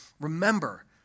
Remember